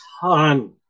ton